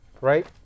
right